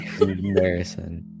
embarrassing